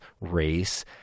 race